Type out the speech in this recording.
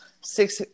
six